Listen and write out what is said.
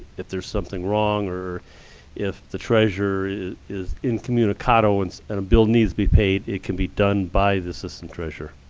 if there's something wrong, or if the treasurer is incommunicado, and and a bill needs be paid, it can be done by the assistant treasurer.